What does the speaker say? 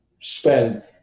spend